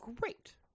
great